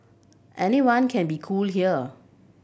anyone can be cool here